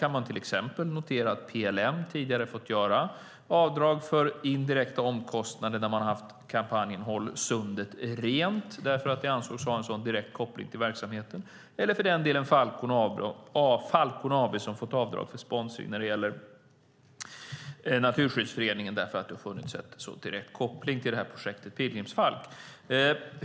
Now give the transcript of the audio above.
Vi kan till exempel notera att PLM tidigare har fått göra avdrag för indirekta omkostnader för kampanjen Håll sundet rent därför att det ansågs ha en direkt koppling till verksamheten, eller för den delen Falcon AB som fått avdrag för sponsring av Naturskyddsföreningen därför att det funnits en direkt koppling till projektet Pilgrimsfalk.